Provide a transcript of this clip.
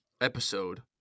episode